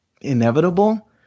inevitable